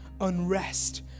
unrest